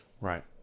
right